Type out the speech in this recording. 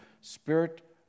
Spirit